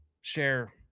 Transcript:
share